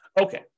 Okay